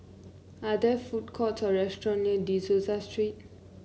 are there food court or restaurant near De Souza Street